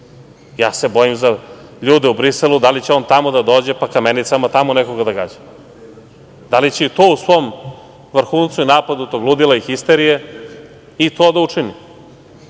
Ja se bojim za ljude u Briselu da li će on tamo da dođe, pa kamenicama tamo nekog da gađa. Da li će i to u svom vrhuncu i napadu tog ludila i histerije i to da učini?